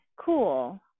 cool